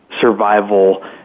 survival